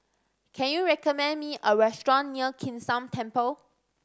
can you recommend me a restaurant near Kim San Temple